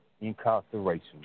incarceration